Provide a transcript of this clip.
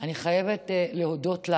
אני חייבת להודות לך.